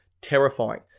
terrifying